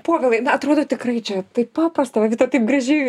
povilai na atrodo tikrai čia taip paprasta taip gražiai